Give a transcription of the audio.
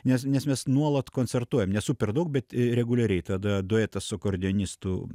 nes nes mes nuolat koncertuojam ne super daug bet reguliariai tada duetas su akordeonistu